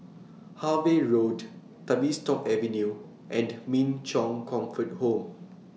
Harvey Road Tavistock Avenue and Min Chong Comfort Home